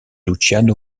luciano